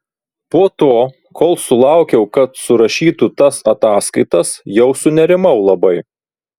po to kol sulaukiau kad surašytų tas ataskaitas jau sunerimau labai